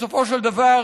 בסופו של דבר,